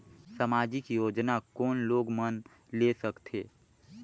समाजिक योजना कोन लोग मन ले सकथे?